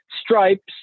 stripes